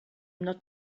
not